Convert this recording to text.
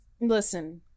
listen